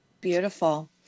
Beautiful